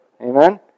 Amen